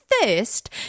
first